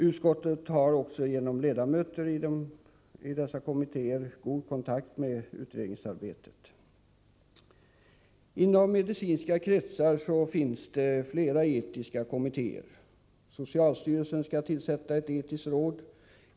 Utskottet har också genom ledamöter i dessa kommittéer god kontakt med utredningsarbetet. Inom medicinska kretsar finns flera etiska kommittéer. Socialstyrelsen skall tillsätta ett etiskt råd.